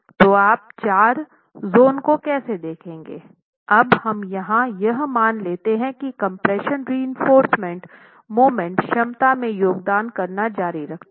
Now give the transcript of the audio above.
तो आप चार जोन को कैसे देखेंगे अब हम यहाँ यह मान लेते है की कम्प्रेशन रएंफोर्रसमेंट मोमेंट क्षमता में योगदान करना जारी रखता है